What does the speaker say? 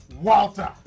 Walter